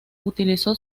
utilizó